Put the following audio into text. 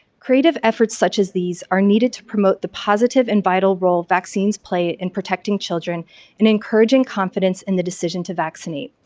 creative efforts such as these are needed to promote the positive and vital role vaccines play in protecting children and encouraging confidence in the decision to vaccinate.